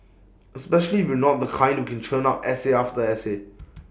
especially if you're not the kind who can churn out essay after essay